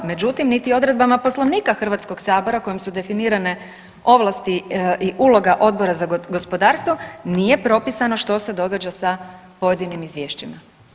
Međutim niti odredbama Poslovnika Hrvatskog sabora kojim su definirane ovlasti i uloga Odbora za gospodarstvo nije propisano što se događa sa pojedinim izvješćima.